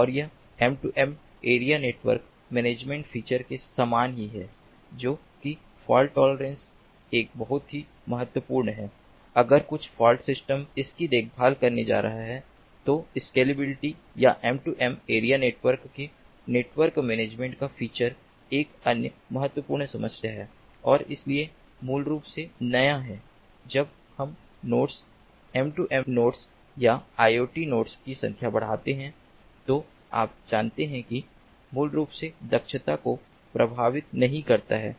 और यह M2M area network management features के समान ही है जो कि फॉल्ट टॉलरेंस एक बहुत ही महत्वपूर्ण है अगर कुछ फॉल्ट सिस्टम इसकी देखभाल करने जा रहा है तो स्केलेबिलिटी या M2M एरिया नेटवर्क के नेटवर्क मैनेजमेंट का फीचर एक अन्य महत्वपूर्ण समस्या है और इसलिए मूल रूप से नया है जब हम नोड्स M2M नोड्स या IoT नोड्स की संख्या बढ़ाते हैं तो आप जानते हैं कि मूल रूप से दक्षता को प्रभावित नहीं करता है